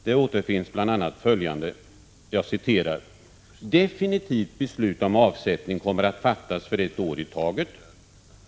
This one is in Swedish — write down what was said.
Där återfinns bl.a. följande: ”Definitivt beslut om avsättning kommer att fattas för ett år i taget ———.